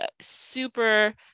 super